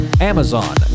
Amazon